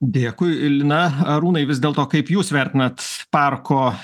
dėkui lina arūnai vis dėl to kaip jūs vertinat parko